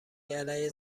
علیه